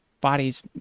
bodies